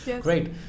great